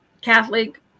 Catholic